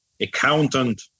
accountant